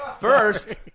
first